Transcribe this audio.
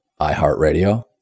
iHeartRadio